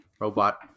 Robot